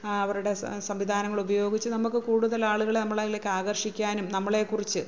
അവരുടെ സംവിധാനങ്ങൾ ഉപയോഗിച്ച് നമുക്ക് കൂടുതൽ ആളുകളെ നമ്മളിലേക്ക് ആകർഷിക്കാനും നമ്മളെ കുറിച്ച്